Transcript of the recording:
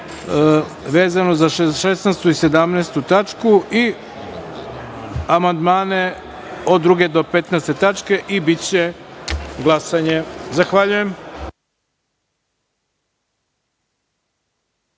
vezano za 16. i 17. tačku i amandmani od 2. do 15. tačke i biće glasanje. Zahvaljujem.